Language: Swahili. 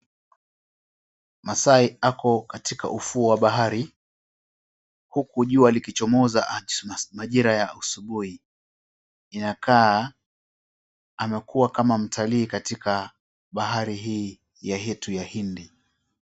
Maasai ako katika ufuo wa bahari, huku jua likichomoza majira ya asubuhi. Inakaa amekua kama mtalii katika bahari hii yetu ya Hindi.